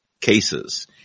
cases